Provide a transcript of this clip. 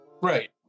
Right